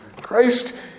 Christ